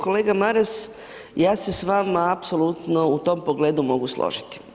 Kolega Maras, ja se s vama apsolutno u tom pogledu mogu složiti.